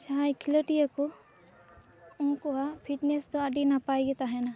ᱡᱟᱦᱟᱸᱭ ᱠᱷᱮᱞᱳᱰᱤᱭᱟ ᱠᱚ ᱩᱱᱠᱩᱭᱟᱜ ᱯᱷᱤᱴᱱᱮᱥ ᱫᱚ ᱟᱹᱰᱤ ᱱᱟᱯᱟᱭ ᱜᱮ ᱛᱟᱦᱮᱱᱟ